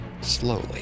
Slowly